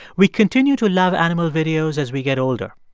we continue to love animal videos as we get older.